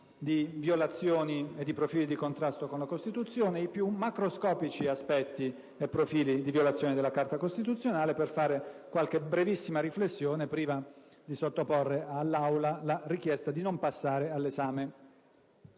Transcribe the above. di violazioni e di profili di contrasto con la Costituzione - i più macroscopici aspetti e profili di violazione della Carta costituzionale, per fare qualche brevissima riflessione, prima di sottoporre all'Aula la richiesta di non passare all'esame